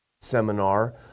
Seminar